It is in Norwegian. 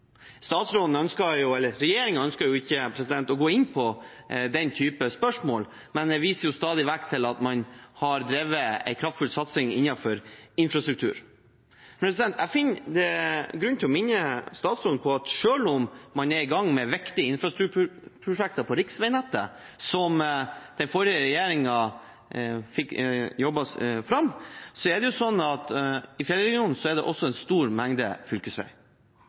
ønsker jo ikke å gå inn på den type spørsmål, men viser stadig vekk til at man har drevet en kraftfull satsing innenfor infrastruktur. Jeg finner grunn til å minne statsråden på at selv om man er i gang med viktige infrastrukturprosjekter på riksveinettet, som den forrige regjeringen jobbet fram, er det i Fjellregionen også en stor mengde fylkesveier. Oppland fylkeskommune, som Fjellregionen